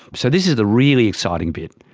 so this is the really exciting bit,